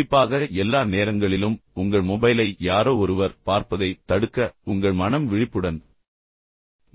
குறிப்பாக எல்லா நேரங்களிலும் உங்கள் மொபைலை யாரோ ஒருவர் பார்ப்பதைத் தடுக்க உங்கள் மனம் விழிப்புடன்